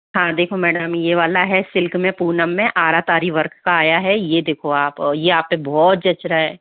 हाँ देखो मैडम यह वाला है सिल्क में पूनम में आरा तारी वर्क का आया है यह देखो आप यह आप पर बहुत जच रहा है